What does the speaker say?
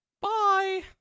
Bye